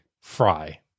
Fry